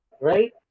right